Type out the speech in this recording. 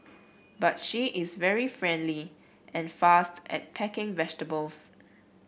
but she is very friendly and fast at packing vegetables